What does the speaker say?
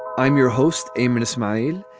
i'm your host a minute mile,